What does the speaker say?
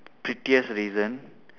pettiest reason